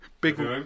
big